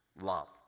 love